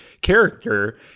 character